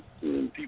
people